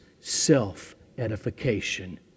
self-edification